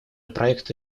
проекта